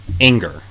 Anger